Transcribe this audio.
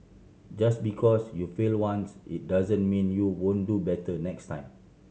just because you fail once it doesn't mean you won't do better next time